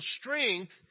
strength